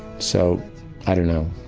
so i don't know.